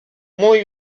muy